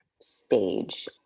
stage